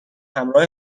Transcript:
همراه